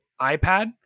iPad